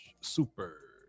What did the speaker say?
Super